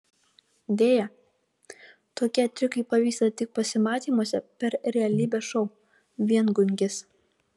deja tokie triukai pavyksta tik pasimatymuose per realybės šou viengungis